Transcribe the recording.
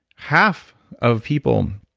half of people,